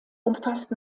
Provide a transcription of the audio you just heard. umfasst